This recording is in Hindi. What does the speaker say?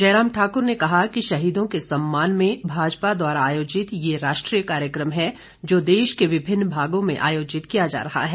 जयराम ठाकुर ने कहा कि यह शहीदों के सम्मान में भाजपा द्वारा आयोजित ये राष्ट्रीय कार्यक्रम है जो देश के विभिन्न भागों में आयोजित किया जा रहा है